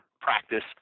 practice